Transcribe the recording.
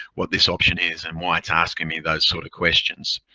what this option is and why it's asking me those sort of questions.